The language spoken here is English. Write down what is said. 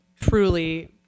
truly